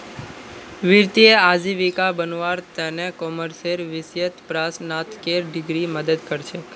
वित्तीय आजीविका बनव्वार त न कॉमर्सेर विषयत परास्नातकेर डिग्री मदद कर छेक